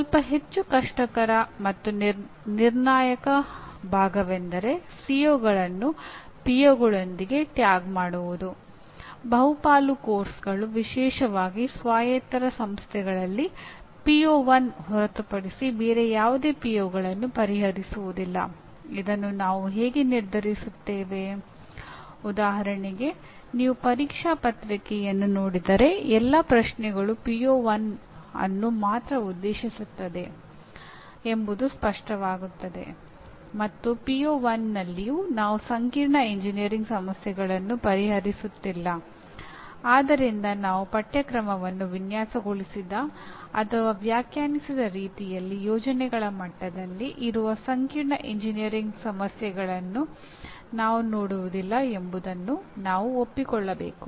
ಸ್ವಲ್ಪ ಹೆಚ್ಚು ಕಷ್ಟಕರ ಮತ್ತು ನಿರ್ಣಾಯಕ ಭಾಗವೆಂದರೆ ಸಿಒಗಳನ್ನು ನಲ್ಲಿಯೂ ನಾವು ಸಂಕೀರ್ಣ ಎಂಜಿನಿಯರಿಂಗ್ ಸಮಸ್ಯೆಗಳನ್ನು ಪರಿಹರಿಸುತ್ತಿಲ್ಲ ಆದ್ದರಿಂದ ನಾವು ಪಠ್ಯಕ್ರಮವನ್ನು ವಿನ್ಯಾಸಗೊಳಿಸಿದ ಅಥವಾ ವ್ಯಾಖ್ಯಾನಿಸಿದ ರೀತಿಯಲ್ಲಿ ಯೋಜನೆಗಳ ಮಟ್ಟದಲ್ಲಿ ಇರುವ ಸಂಕೀರ್ಣ ಎಂಜಿನಿಯರಿಂಗ್ ಸಮಸ್ಯೆಗಳನ್ನು ನಾವು ನೋಡುವುದಿಲ್ಲ ಎಂಬುದನ್ನು ನಾವು ಒಪ್ಪಿಕೊಳ್ಳಬೇಕು